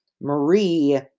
marie